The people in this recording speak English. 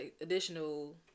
additional